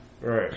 Right